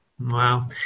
Wow